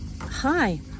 hi